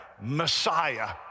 Messiah